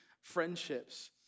friendships